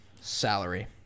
salary